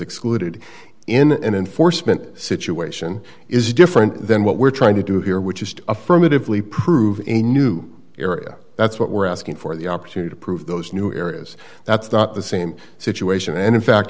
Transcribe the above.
excluded in an foresman situation is different than what we're trying to do here which is to affirmatively prove a new area that's what we're asking for the opportunity to prove those new areas that's not the same situation and in fact